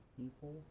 people